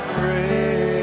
pray